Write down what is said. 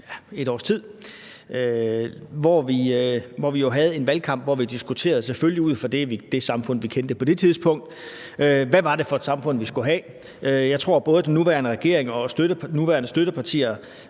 et års tid, vi havde en valgkamp, hvor vi diskuterede – selvfølgelig ud fra det samfund, vi kendte på det tidspunkt – hvad det var for et samfund, vi skulle have. Jeg tror, at både den nuværende regering og de nuværende støttepartier